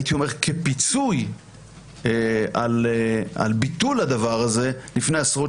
כפיצוי על ביטול הדבר הזה לפני עשרות